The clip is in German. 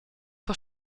vor